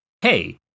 hey